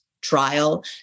trial